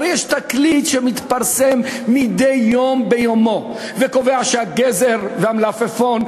הרי יש תקליט שמתפרסם מדי יום ביומו וקובע שהגזר או המלפפון,